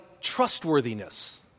trustworthiness